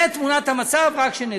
זו תמונת המצב, רק שנדע.